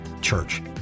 church